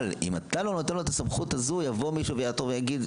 אבל אם אתה לא נותן לו את הסמכות הזו יבוא מישהו ויעתור ויגיד: